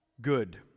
Good